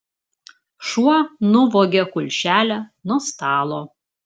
šuo nuvogė kulšelę nuo stalo